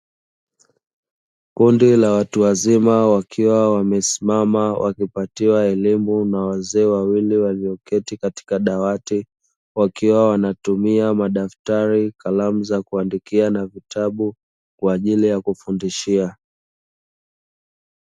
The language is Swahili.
Kundi la watu wazima wakiwa wamesiamama wakipatiwa elimu na wazee wawili walioketi katika dawati wakiwa wanatumia madaftari, kalamu za kuandikia na vitabu kwa ajili ya kufundishia.